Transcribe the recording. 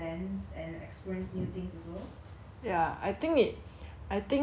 I think right the friends you go with also makes a difference like